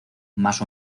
más